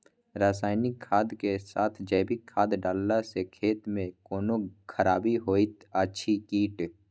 रसायनिक खाद के साथ जैविक खाद डालला सॅ खेत मे कोनो खराबी होयत अछि कीट?